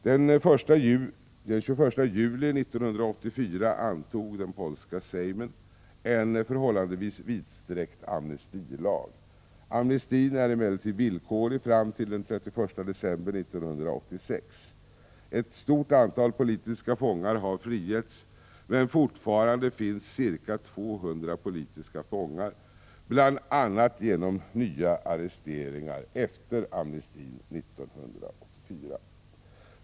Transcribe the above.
Den 21 juli 1984 antog den polska sejmen en förhållandevis vidsträckt amnestilag. Amnestin är emellertid villkorlig fram till den 31 december 1986. Ett stort antal politiska fångar har frigetts. Fortfarande finns dock ca 200 politiska fångar, bl.a. på grund av att nya arresteringar skett efter amnestilagens införande 1984.